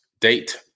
date